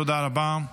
תודה רבה.